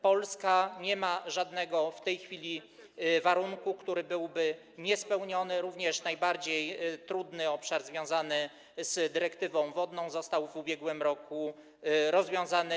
Polska nie ma żadnego w tej chwili warunku, który byłby niespełniony, również najtrudniejszy problem związany z dyrektywą wodną został w ubiegłym roku rozwiązany.